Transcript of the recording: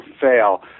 fail